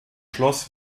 schloss